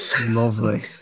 Lovely